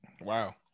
Wow